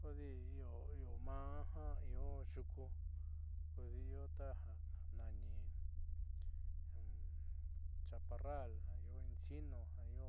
Kodi ioio maá ja io yuku kodi io taja nani chaparral, jiaa io encino ja io